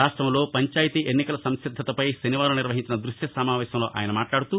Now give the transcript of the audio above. రాష్టంలో పంచాయతీ ఎన్నికల సంసిద్దత పై శనివారం నిర్వహించిన దృశ్య సమావేశంలో ఆయన మాట్లాడుతూ